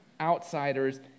outsiders